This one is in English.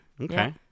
okay